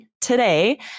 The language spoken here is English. today